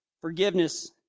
Forgiveness